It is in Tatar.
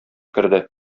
керде